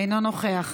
אינו נוכח,